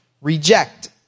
reject